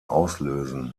auslösen